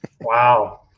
Wow